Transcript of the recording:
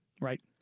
Right